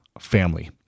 family